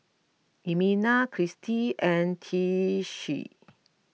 Elmina Christi and Tishie